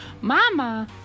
mama